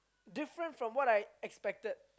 different from what I expected